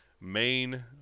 main